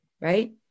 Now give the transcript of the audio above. right